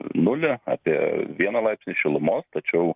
nulį apie vieną laipsnį šilumos tačiau